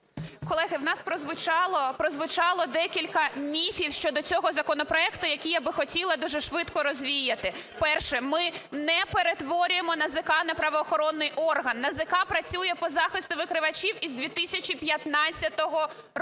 Колеги, у нас прозвучало декілька міфів щодо цього законопроекту, які я би хотіла дуже швидко розвіяти. Перше. Ми не перетворюємо НАЗК на правоохоронний орган. НАЗК працює по захисту викривачів із 2015 року.